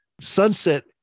sunset